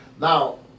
Now